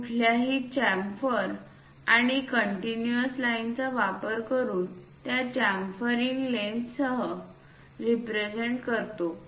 कुठल्याही चाम्फरस आपण कंटिन्यूअस लाइनचा वापर करून त्या चाफिंग लेन्ससह रिप्रेझेंट करतो